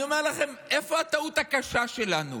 אני אומר לכם, איפה הטעות הקשה שלנו.